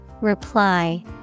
Reply